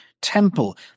temple